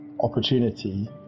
opportunity